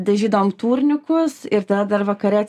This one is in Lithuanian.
dažydavom turnikus ir tada dar vakare